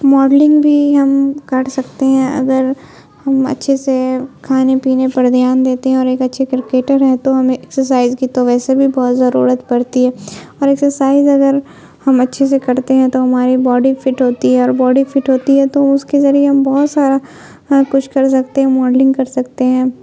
modelling بھی ہم کر سکتے ہیں اگر ہم اچھے سے کھانے پینے پر دھیان دیتے ہیں اور ایک اچھے کرکٹر ہیں تو ہمیں ایکسرسائز کی تو ویسے بھی بہت ضرورت پڑتی ہے اور ایکسرسائز اگر ہم اچھے سے کرتے ہیں تو ہماری باڈی فٹ ہوتی ہے اور باڈی فٹ ہوتی ہے تو اس کے ذریعے ہم بہت سارا کچھ کر سکتے ہیں ماڈلنگ کر سکتے ہیں